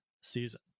season